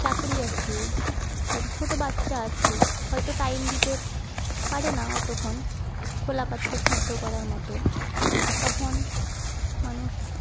চাকরি আছে তারপর ছোটো বাচ্চা আছে হয়তো টাইম দিতে পারে না অতক্ষণ খোলা পাত্রে সেদ্ধ করার মতো তখন মানুষ